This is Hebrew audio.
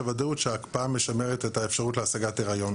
ודאות שההקפאה משמרת את האפשרות להשגת היריון.